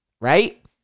right